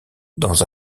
dans